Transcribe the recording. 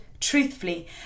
truthfully